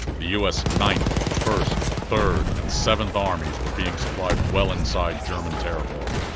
the u s. ninth first third and seventh armies were being supplied well inside german territory.